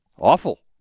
awful